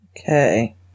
Okay